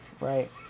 right